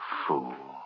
fool